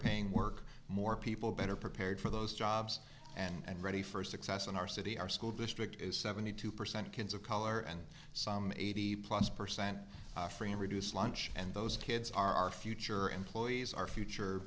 paying work more people better prepared for those jobs and ready for success in our city our school district is seventy two percent kids of color and some eighty plus percent free and reduced lunch and those kids are our future employees our future